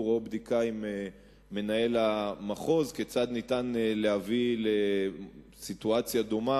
או בדיקה עם מנהל המחוז כדי לראות כיצד ניתן להביא לסיטואציה דומה